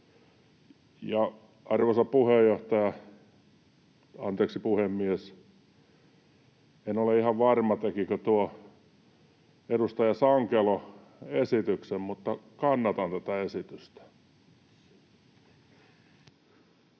Arvoisa puhemies! En ole ihan varma, tekikö edustaja Sankelo esityksen, mutta kannatan tätä esitystä.